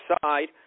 side